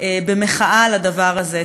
האוניברסיטה במחאה על הדבר הזה.